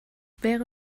wäre